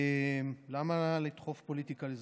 למה לדחוף פוליטיקה לזה?